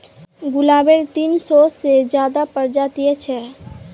गुलाबेर तीन सौ से ज्यादा प्रजातियां छेक